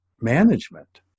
management